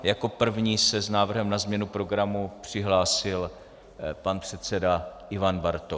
Jako první se s návrhem na změnu programu přihlásil pan předseda Ivan Bartoš.